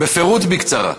בפירוט בקצרה.